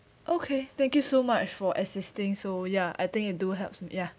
okay thank you so much for assisting so ya I think you do helps me ya